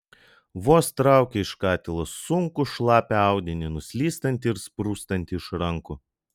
vos traukė iš katilo sunkų šlapią audinį nuslystantį ir sprūstantį iš rankų